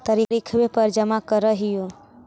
तरिखवे पर जमा करहिओ?